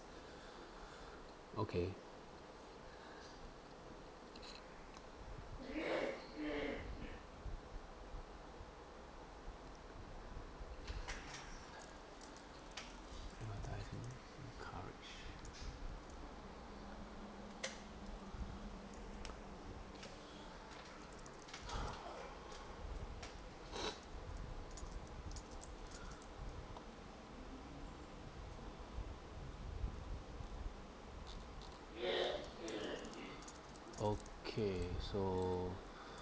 okay okay so